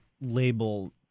label